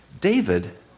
David